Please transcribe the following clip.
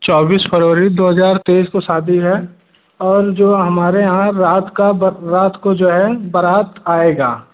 चौबीस फरवरी दो हज़र तेईस को शादी है और जो हमारे यहाँ रात का बस रात को जो है बारात आएगी